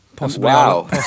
Wow